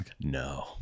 No